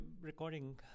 recording